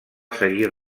seguir